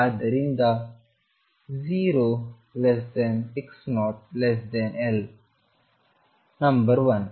ಆದ್ದರಿಂದ 0x0L number 1